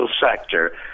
sector